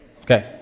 Okay